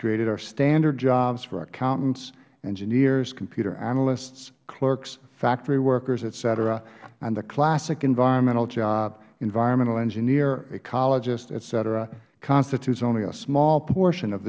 created are standard jobs for accountants engineers computer analysts clerks factory workers etcetera and the classic environmental job environmental engineer ecologist etcetera constitutes only a small portion of